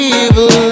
evil